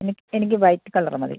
എനിക്ക് white colour മതി